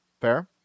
fair